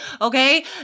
okay